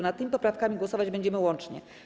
Nad tymi poprawkami głosować będziemy łącznie.